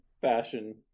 fashion